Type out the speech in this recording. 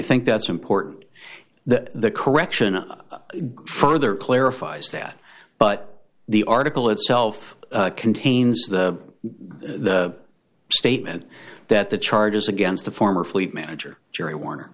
think that's important that the correction further clarifies that but the article itself contains the statement that the charges against the former fleet manager jerry warner